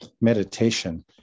meditation